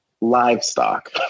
livestock